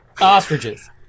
Ostriches